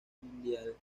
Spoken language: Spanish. mundial